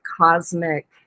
cosmic